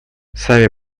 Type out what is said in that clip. сами